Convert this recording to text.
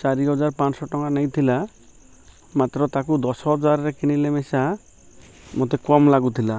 ଚାରି ହଜାର ପାଞ୍ଚଶହ ଟଙ୍କା ନେଇଥିଲା ମାତ୍ର ତାକୁ ଦଶ ହଜାରରେ କିଣିଲେ ମିଶା ମତେ କମ୍ ଲାଗୁଥିଲା